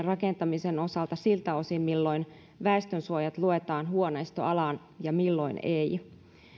rakentamisen osalta siltä osin milloin väestönsuojat luetaan huoneistoalaan ja milloin ei